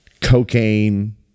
cocaine